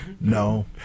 No